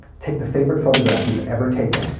take the favorite photograph you've ever taken,